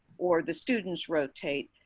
or the students rotate,